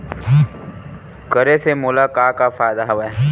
करे से मोला का का फ़ायदा हवय?